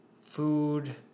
food